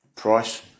price